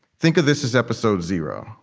think of this as episode zero